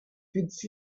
fits